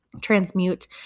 transmute